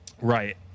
Right